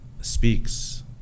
speaks